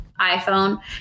iPhone